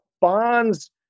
Bonds